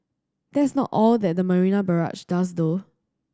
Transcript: that's not all that the Marina Barrage does though